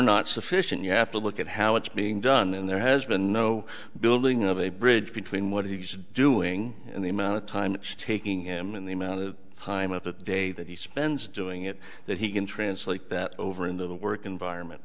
not sufficient you have to look at how it's being done and there has been no building of a bridge between what he's doing and the amount of time it's taking him and the amount of time of the day that he spends doing it that he can translate that over into the work environment